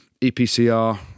EPCR